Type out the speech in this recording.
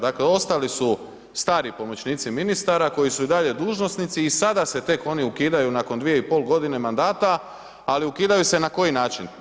Dakle ostali su stari pomoćnici ministara koji su i dalje dužnosnici i sada se tek oni ukidaju nakon 2,5.g. mandata, ali ukidaju se na koji način?